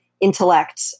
intellect